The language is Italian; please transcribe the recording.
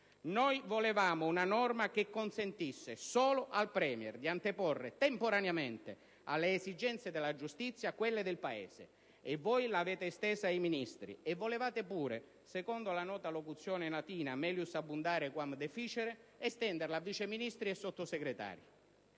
Noi volevamo una norma che consentisse solo al *Premier* di anteporre temporaneamente alle esigenze della giustizia quelle del Paese e voi la avete estesa ai Ministri; e volevate pure, secondo la nota locuzione latina *melius* *abundare* *quam deficere*, estenderla ai Vice Ministri ed ai Sottosegretari.